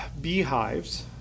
beehives